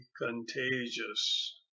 contagious